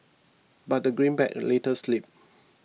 but the greenback later slipped